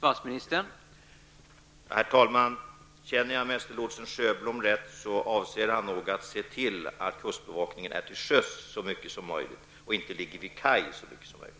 Herr talman! Känner jag mästerlotsen Sjöblom rätt, avser han nog att se till att kustbevakningen är till sjöss så mycket som möjligt, inte att den skall ligga vid kaj så mycket som möjligt.